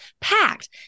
packed